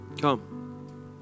Come